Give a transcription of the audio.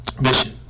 mission